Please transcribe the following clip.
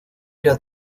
era